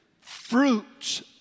fruits